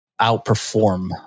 outperform